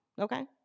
okay